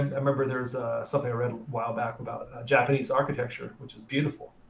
and i remember there was something i read a while back about japanese architecture, which is beautiful,